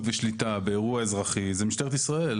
ושליטה באירוע אזרחי זה משטרת ישראל.